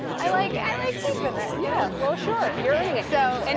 i like i like keeping it. yeah. well, sure. you're earning it. so and